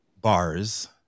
bars